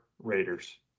Raiders